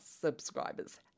subscribers